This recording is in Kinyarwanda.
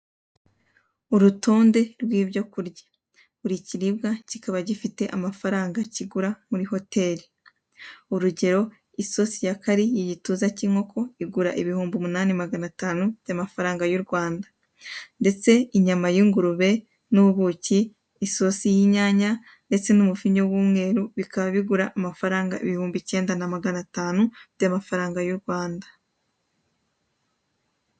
Urutonde rw'ibyo kurya, buri kiribwa kikaba gifite amafaranga kigura muri hoteri. Urugero isosi ya kari, igituza k'inkoko, bigura ibihumbi umunani magana atanu by'amafaranga y'u Rwanda ndetse inyama y'ingurube n'ubuki, isosi y'inyanya ndetse n'umuvinyo w'umweru bikaba bigura amafaranga ibihumbi icyenda na magana atanu by'amafaranga y'u Rwanda.